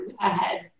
ahead